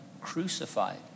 crucified